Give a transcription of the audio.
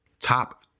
top